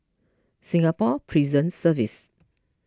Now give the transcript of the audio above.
Singapore Prison Service